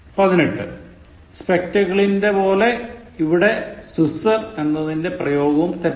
പതിനെട്ട് spectacleൻറെ പോലെ ഇവിടെ scissor എന്നതിന്റെ പ്രയോഗവും തെറ്റാണ്